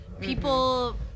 people